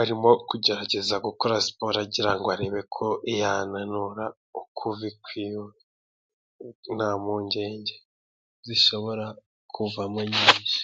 ,arimo kugerageza gukora siporo agira ngo arebe ko yananura ukuvi kwiwe ,nta mpungenge zishobora kuvamo nyinshi.